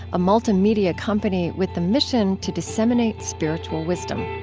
a multimedia company with the mission to disseminate spiritual wisdom